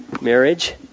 Marriage